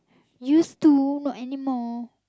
used to not anymore